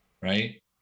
Right